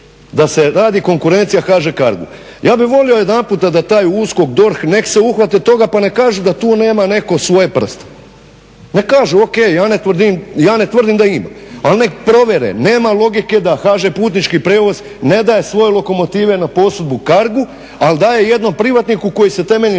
da se radi konkurencija HŽ CARGO-u. Ja bih volio jedanputa da taj USKOK, DORH, neka se uhvate toga pa neka kažu da tu nema netko svoj prst. Neka kažu, O.K, ja ne tvrdima da ima, ali neka provjere. Nema logike da HŽ putnički prijevoz ne daje svoje lokomotive na posudbu CARGO-u ali daje jednom privatniku koji se temeljem